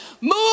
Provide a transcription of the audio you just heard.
move